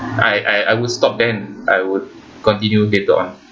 I I I'd stop then I would continue later on